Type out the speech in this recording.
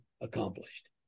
accomplished